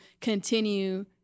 continue